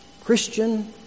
Christian